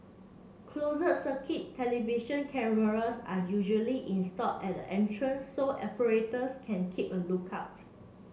closed circuit television cameras are usually installed at the entrances so operators can keep a look out